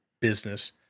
business